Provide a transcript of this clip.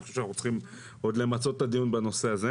אני חושב שאנחנו צריכים עוד למצות את הדיון בעניין הזה.